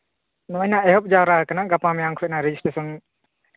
ᱱᱚᱜᱼᱚᱭ ᱦᱟᱸᱜ ᱮᱦᱚᱵ ᱡᱟᱣᱨᱟ ᱟᱠᱟᱱᱟ ᱜᱟᱯᱟ ᱢᱮᱭᱟᱝ ᱠᱷᱚᱱ ᱦᱟᱸᱜ ᱨᱮᱡᱤᱥᱴᱨᱮᱥᱚᱱ